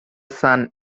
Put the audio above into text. son